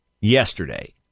yesterday